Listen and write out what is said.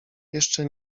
jeszcze